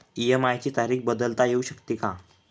EMI ची तारीख बदलता येऊ शकते का?